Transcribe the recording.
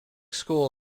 school